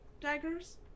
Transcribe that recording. daggers